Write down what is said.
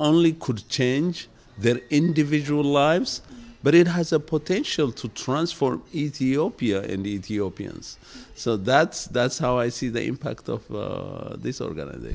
only could change their individual lives but it has a potential to transform ethiopia indeed theo peons so that's that's how i see the impact of this or going to